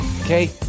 okay